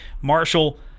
Marshall